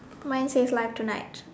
mine says live tonight